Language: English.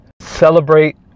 Celebrate